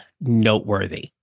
noteworthy